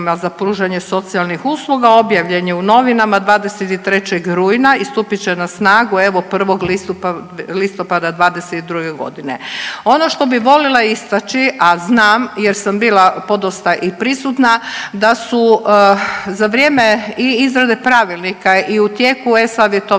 za pružanje socijalnih usluga, objavljen je u novinama 23. rujna i stupit će na snagu, evo, 1. listopada '22. g. Ono što bih volila istaći, a znam jer sam bila podosta i prisutna, da su za vrijeme izrade pravilnika i u tijeku e-Savjetovanja